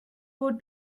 would